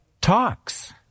talks